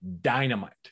dynamite